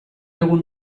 egun